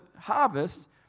harvest